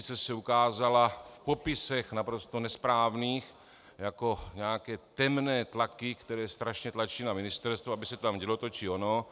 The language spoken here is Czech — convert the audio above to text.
Justice se ukázala v popisech naprosto nesprávných jako nějaké temné tlaky, které strašně tlačí na ministerstvo, aby se tam dělo to či ono.